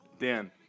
Dan